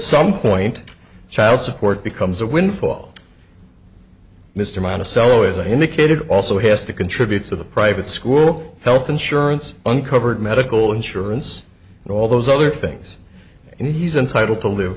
some point child support becomes a windfall mr monticello as i indicated also has to contribute to the private school health insurance uncovered medical insurance and all those other things he's entitled to live